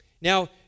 Now